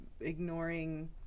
ignoring